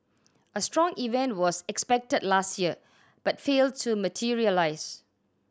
a strong event was expected last year but failed to materialise